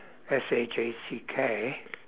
S H A C K